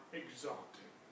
exalted